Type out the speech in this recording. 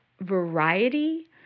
variety